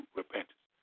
repentance